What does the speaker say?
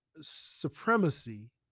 supremacy